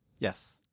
Yes